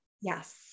Yes